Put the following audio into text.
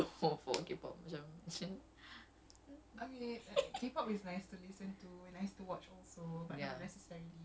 ya so I said I don't like I don't get the I don't get the flow for K pop I macam